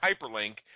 hyperlink